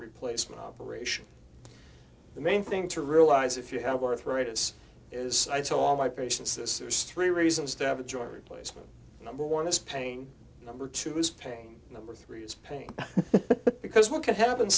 replacement operation the main thing to realize if you have arthritis is i told my patients this there's three reasons to have a joint replacement number one is pain number two is pain number three is pain because one can h